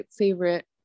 favorite